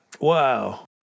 wow